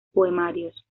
poemarios